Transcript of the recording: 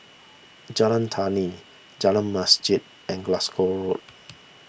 Jalan Tani Jalan Masjid and Glasgow Road